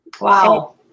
Wow